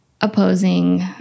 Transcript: opposing